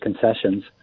concessions